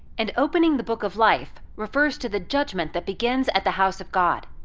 and opening the book of life refers to the judgment that begins at the house of god,